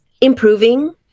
improving